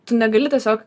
tu negali tiesiog